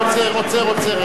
אני עוצר רגע.